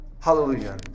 Hallelujah